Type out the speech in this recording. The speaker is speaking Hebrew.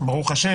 אדוני השר,